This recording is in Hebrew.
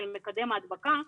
של מקדם ההדבקה,